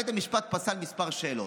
בית המשפט פסל כמה שאלות,